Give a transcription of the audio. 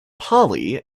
polly